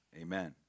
amen